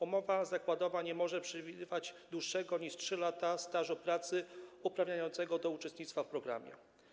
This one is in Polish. Umowa zakładowa nie może przewidywać dłuższego niż 3 lata stażu pracy uprawniającego do uczestnictwa w programie.